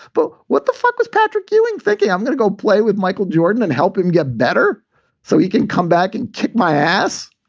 but what the fuck was patrick ewing thinking? i'm going to go play with michael jordan and help him get better so he can come back and kick my ass.